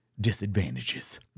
disadvantages